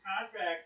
contract